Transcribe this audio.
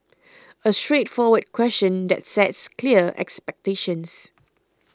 a straightforward question that sets clear expectations